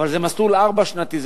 אבל זה מסלול ארבע-שנתי.